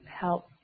help